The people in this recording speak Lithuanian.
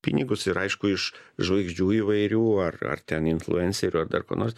pinigus ir aišku iš žvaigždžių įvairių ar ar ten influencerių ar dar ko nors